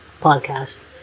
podcast